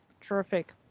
Terrific